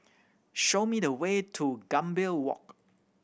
show me the way to Gambir Walk